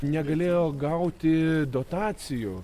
negalėjo gauti dotacijų